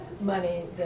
money